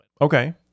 okay